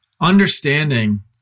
understanding